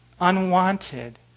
unwanted